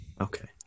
Okay